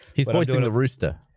he's gonna rooster?